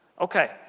Okay